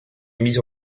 mis